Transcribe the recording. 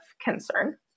concern